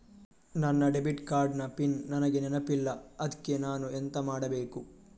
ನನ್ನ debit card ನ PIN ನನಗೆ ನೆನಪಿಲ್ಲ ಅದ್ಕೆ ನಾನು ಎಂತ ಮಾಡಬೇಕು?